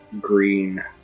green